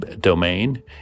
domain